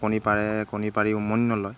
কণী পাৰে কণী পাৰি উমনি নলয়